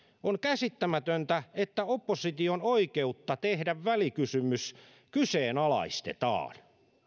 on käsittämätöntä että opposition oikeutta tehdä välikysymys kyseenalaistetaan